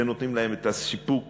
ונותנים להם את הסיפוק